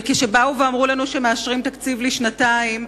וכשבאו ואמרו לנו שמאשרים תקציב לשנתיים,